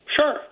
Sure